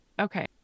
Okay